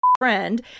friend